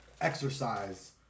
Exercise